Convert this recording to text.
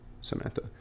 Samantha